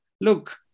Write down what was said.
Look